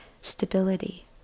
stability